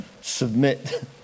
submit